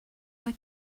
why